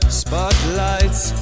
spotlights